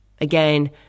Again